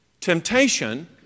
Temptation